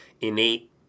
innate